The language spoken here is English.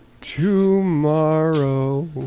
tomorrow